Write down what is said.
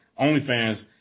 OnlyFans